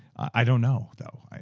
i don't know, though.